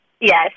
Yes